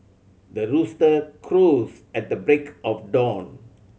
the rooster crows at the break of dawn